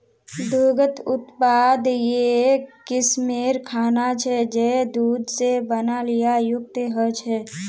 दुग्ध उत्पाद एक किस्मेर खाना छे जये दूध से बनाल या युक्त ह छे